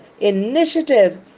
initiative